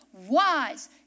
wise